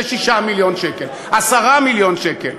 זה 6 מיליון שקל 10 מיליון שקל.